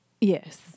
Yes